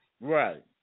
Right